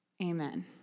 amen